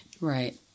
Right